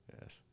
Yes